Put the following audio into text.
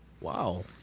wow